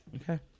Okay